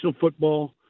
football